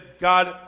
God